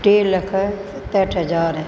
टे लख सतहठि हज़ार